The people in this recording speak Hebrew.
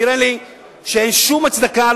נראה לי שאין שום הצדקה,